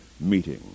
meeting